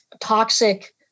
toxic